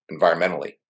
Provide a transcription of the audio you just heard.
environmentally